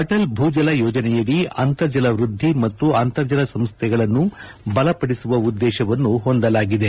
ಅಟಲ್ ಭೂಜಲ ಯೋಜನೆಯಡಿ ಅಂತರ್ಜಲ ವೃದ್ಧಿ ಮತ್ತು ಅಂತರ್ಜಲ ಸಂಸ್ಥೆಗಳನ್ನು ಬಲಪಡಿಸುವ ಉದ್ದೇಶವನ್ನು ಹೊಂದಲಾಗಿದೆ